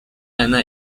anna